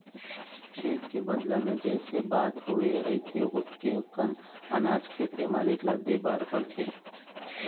खेत के बदला म जइसे बात होवे रहिथे ओतके कन अनाज खेत के मालिक ल देबर परथे